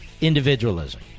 individualism